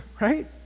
Right